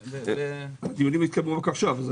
הדיונים התקיימו רק עכשיו.